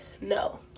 No